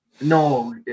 No